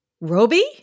Roby